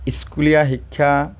স্কুলীয়া শিক্ষা